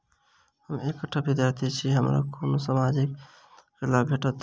हम एकटा विद्यार्थी छी, की हमरा कोनो सामाजिक योजनाक लाभ भेटतय?